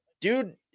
dude